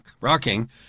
rocking